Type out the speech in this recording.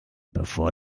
bevor